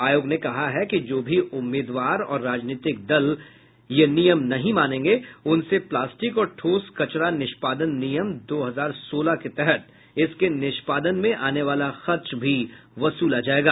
आयोग ने कहा है कि जो भी उम्मीदवार और राजनीतिक दल ये नियम नहीं मानेगें उनसे पलास्टिक और ठोस कचरा निष्पादन नियम दो हजार सोलह के तहत इसके निष्पादन में आने वाला खर्च भी वसूला जायेगा